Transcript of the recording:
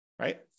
right